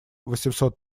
восемьсот